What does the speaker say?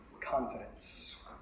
confidence